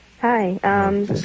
Hi